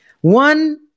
One